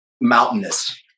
mountainous